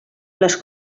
les